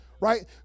right